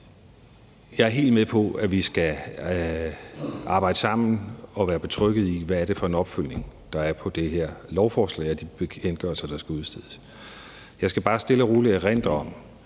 Jeg er helt med på, at vi skal arbejde sammen og være betryggede i, hvad det er for en opfølgning, der er på det her lovforslag og de bekendtgørelser, der skal udstedes. Jeg skal bare stille og roligt erindre om,